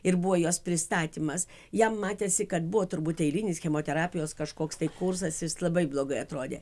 ir buvo jos pristatymas jam matėsi kad buvo turbūt eilinis chemoterapijos kažkoks tai kursas jis labai blogai atrodė